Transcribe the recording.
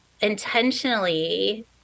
intentionally